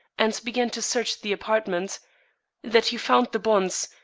and began to search the apartment that he found the bonds,